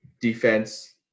defense